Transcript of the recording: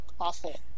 Awful